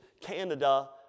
Canada